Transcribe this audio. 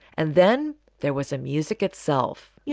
and then there was a music itself yeah